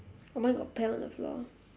oh mine got pear on the floor